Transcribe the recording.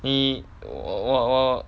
你我我我